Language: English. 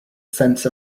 sense